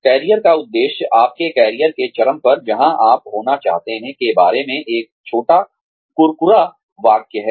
career का उद्देश्य आपके करियर के चरम पर जहां आप होना चाहते हैं के बारे में एक छोटा कुरकुरा वाक्य है